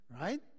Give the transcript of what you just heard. Right